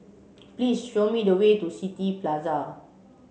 please show me the way to City Plaza